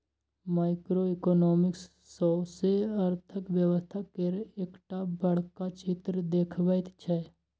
micro economics सौसें अर्थक व्यवस्था केर एकटा बड़का चित्र देखबैत छै